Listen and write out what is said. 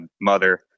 mother